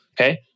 Okay